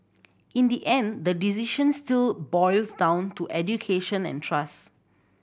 in the end the decision still boils down to education and trust